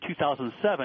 2007